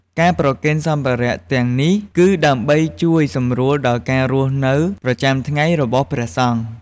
ការប្រគេនសម្ភារៈទាំងនេះ គឺដើម្បីជួយសម្រួលដល់ការរស់នៅប្រចាំថ្ងៃរបស់ព្រះសង្ឃ។